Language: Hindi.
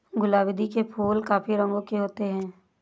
गुलाउदी के फूल काफी रंगों के होते हैं